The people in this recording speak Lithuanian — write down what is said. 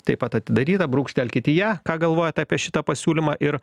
taip pat atidaryta brūkštelkit į ją ką galvojat apie šitą pasiūlymą ir